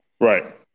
Right